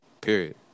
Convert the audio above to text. period